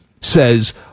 says